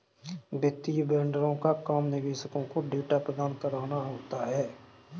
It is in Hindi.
वित्तीय वेंडरों का काम निवेशकों को डेटा प्रदान कराना होता है